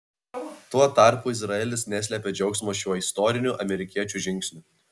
tuo tarpu izraelis neslėpė džiaugsmo šiuo istoriniu amerikiečių žingsniu